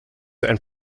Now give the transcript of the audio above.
and